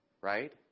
right